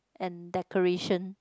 and decoration